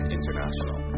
International